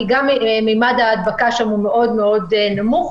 כי גם ממד ההדבקה שם מאוד מאוד נמוך,